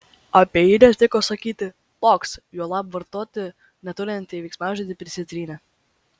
apie jį netiko sakyti toks juolab vartoti netaurinantį veiksmažodį prisitrynė